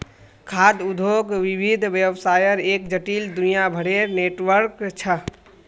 खाद्य उद्योग विविध व्यवसायर एक जटिल, दुनियाभरेर नेटवर्क छ